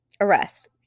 arrest